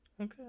Okay